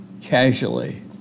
casually